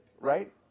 right